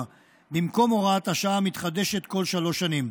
במקום הוראת השעה המתחדשת כל שלוש שנים.